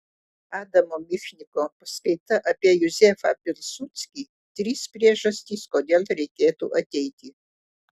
adamo michniko paskaita apie juzefą pilsudskį trys priežastys kodėl reikėtų ateiti